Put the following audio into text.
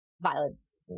violence